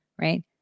right